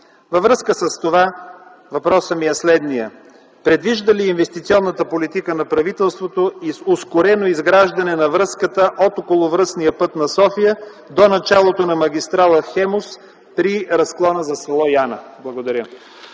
Във връзка с това въпросът ми е следният: предвижда ли инвестиционната политика на правителството ускорено изграждане на връзката от Околовръстния път на София до началото на магистрала „Хемус” при разклона за с. Яна? Благодаря.